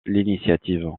l’initiative